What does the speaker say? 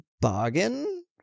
bargain